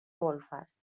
golfes